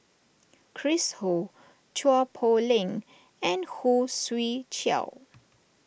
Chris Ho Chua Poh Leng and Khoo Swee Chiow